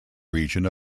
region